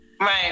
Right